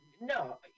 No